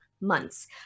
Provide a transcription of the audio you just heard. months